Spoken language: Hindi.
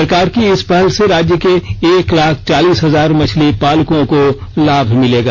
सरकार की इस पहल से राज्य के एक लाख चालीस हजार मछली पालकों को लाभ मिलेगा